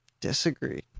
Disagree